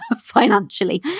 financially